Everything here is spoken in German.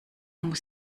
muss